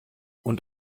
und